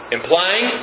Implying